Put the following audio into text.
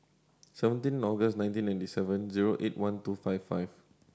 seventeen August nineteen ninety seven zero eight one two five five